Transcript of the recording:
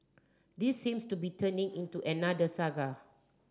this seems to be turning into another saga